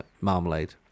marmalade